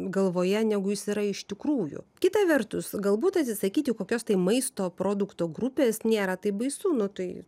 galvoje negu jis yra iš tikrųjų kita vertus galbūt atsisakyti kokios tai maisto produkto grupės nėra taip baisu nu tai